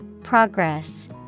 Progress